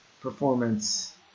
performance